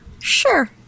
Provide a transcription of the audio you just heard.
sure